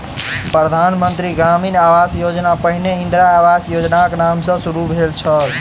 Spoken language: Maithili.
प्रधान मंत्री ग्रामीण आवास योजना पहिने इंदिरा आवास योजनाक नाम सॅ शुरू भेल छल